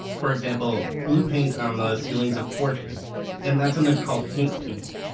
for example, blue paint on the ceilings of porches and that's um that's called haint paint.